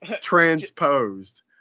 Transposed